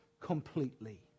completely